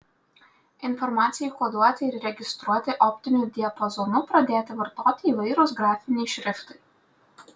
informacijai koduoti ir registruoti optiniu diapazonu pradėti vartoti įvairūs grafiniai šriftai